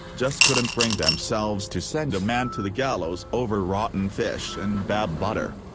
just couldn't bring themselves to send a man to the gallows over rotten fish and bad butter.